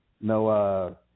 no